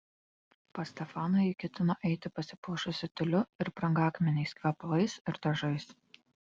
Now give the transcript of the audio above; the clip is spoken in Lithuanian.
pas stefaną ji ketino eiti pasipuošusi tiuliu ir brangakmeniais kvepalais ir dažais